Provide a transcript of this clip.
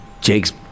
Jake's